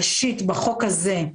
ראשית בחוק הזה,